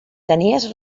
tenies